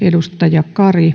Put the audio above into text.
ja